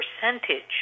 percentage